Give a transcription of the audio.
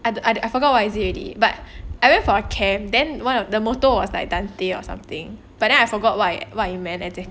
I forgot what it is already but I went for a camp then one of the motto was like dante or something but then I forgot why what it meant exactly